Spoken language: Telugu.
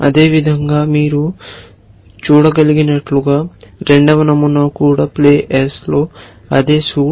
అదేవిధంగా మీరు చూడగలిగినట్లుగా రెండవ నమూనా కూడా ప్లే S లో అదే సూట్